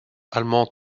allemande